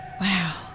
wow